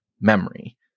memory